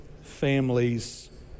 families